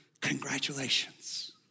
congratulations